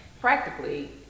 practically